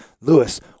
Lewis